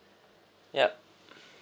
yup